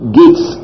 gates